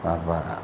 माबा